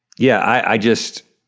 yeah, i just,